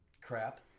crap